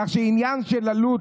כך שעניין של עלות,